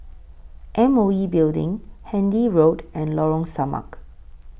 M O E Building Handy Road and Lorong Samak